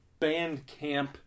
bandcamp